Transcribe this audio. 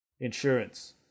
Insurance